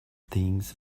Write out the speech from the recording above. things